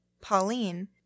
Pauline